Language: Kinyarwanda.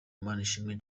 manishimwe